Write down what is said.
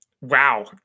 Wow